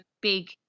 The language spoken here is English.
big